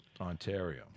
Ontario